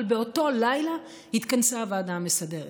אבל באותו לילה התכנסה הוועדה המסדרת